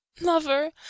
Lover